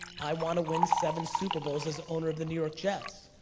i wanna win seven super bowls as owner of the new york jets.